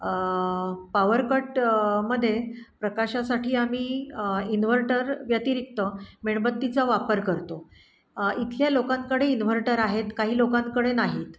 power cut मध्ये प्रकाशासाठी आम्ही इन्व्हर्टर व्यतिरिक्त मेणबत्तीचा वापर करतो इथल्या लोकांकडे इन्व्हर्टर आहेत काही लोकांकडे नाहीत